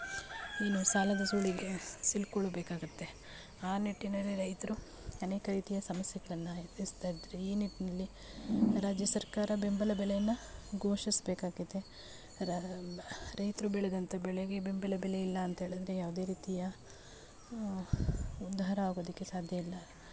ಇನ್ನೂ ಸಾಲದ ಸುಳಿಗೆ ಸಿಲ್ಕೊಳ್ಬೇಕಾಗುತ್ತೆ ಆ ನಿಟ್ಟಿನಲ್ಲಿ ರೈತರು ಅನೇಕ ರೀತಿಯ ಸಮಸ್ಯೆಗಳನ್ನ ಎದುರಿಸ್ತಾಯಿದ್ದಾರೆ ಈ ನಿಟ್ಟಿನಲ್ಲಿ ರಾಜ್ಯ ಸರ್ಕಾರ ಬೆಂಬಲ ಬೆಲೆಯನ್ನು ಘೋಷಿಸ್ಬೇಕಾಗಿದೆ ರೈತರು ಬೆಳೆದಂಥ ಬೆಳೆಗೆ ಬೆಂಬಲ ಬೆಲೆ ಇಲ್ಲ ಅಂತ ಹೇಳಿದ್ರೆ ಯಾವುದೇ ರೀತಿಯ ಉದ್ಧಾರ ಆಗೋದಕ್ಕೆ ಸಾಧ್ಯ ಇಲ್ಲ